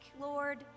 Lord